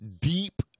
deep